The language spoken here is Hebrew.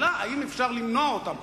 השאלה אם אפשר למנוע אותם.